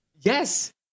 Yes